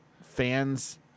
fans